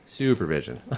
Supervision